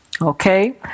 Okay